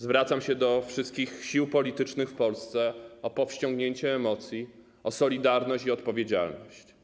Zwracam się do wszystkich sił politycznych w Polsce o powściągnięcie emocji, solidarność i odpowiedzialność.